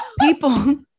People